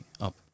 up